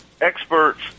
experts